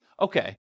okay